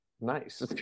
Nice